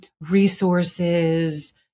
resources